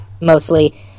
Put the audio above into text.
mostly